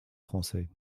français